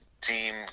team